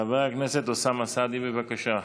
חבר הכנסת אוסאמה סעדי, בבקשה.